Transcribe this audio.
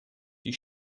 die